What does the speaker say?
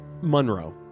Monroe